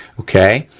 okay?